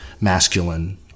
masculine